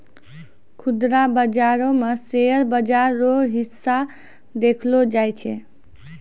खुदरा बाजारो मे शेयर बाजार रो हिस्सा देखलो जाय छै